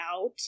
out